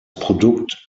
produkt